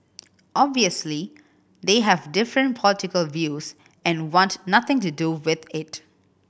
obviously they have different political views and want nothing to do with it